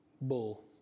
Bull